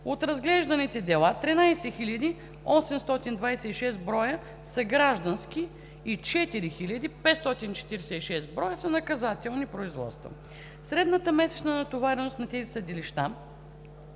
От разглежданите дела 13 826 броя са граждански и 4546 броя са наказателни. Средната месечна натовареност на тези съдилища